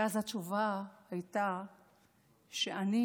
ואז התשובה הייתה: אני